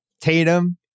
Tatum